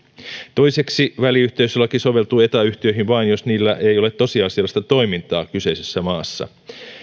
toiseksi väliyhteisölaki soveltuu eta yhtiöihin vain jos niillä ei ole tosiasiallista toimintaa kyseisessä maassa